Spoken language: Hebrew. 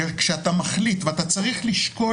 כשאתה מחליט ואתה צריך לשקול